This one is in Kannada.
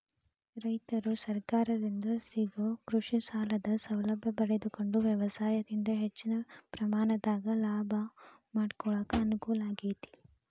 ರೈತರು ಸರಕಾರದಿಂದ ಸಿಗೋ ಕೃಷಿಸಾಲದ ಸೌಲಭ್ಯ ಪಡಕೊಂಡು ವ್ಯವಸಾಯದಿಂದ ಹೆಚ್ಚಿನ ಪ್ರಮಾಣದಾಗ ಲಾಭ ಮಾಡಕೊಳಕ ಅನುಕೂಲ ಆಗೇತಿ